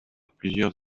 plusieurs